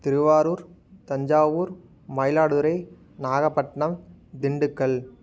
Thiruvarur Thanjavur Mayiladuthurai Nagapattinam Dindigul